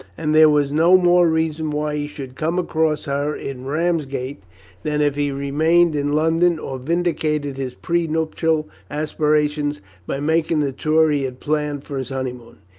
and there was no more reason why he should come across her in ramsgate than if he remained in london or vindicated his pre-nuptial aspirations by making the tour he had planned for his honeymoon.